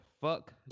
Fuck